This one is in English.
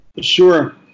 Sure